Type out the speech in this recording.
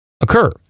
occur